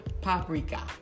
paprika